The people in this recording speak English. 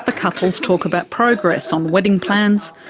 ah couples talk about progress on the wedding plans,